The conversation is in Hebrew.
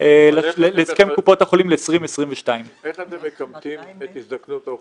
לפני שבוע התחלנו פרק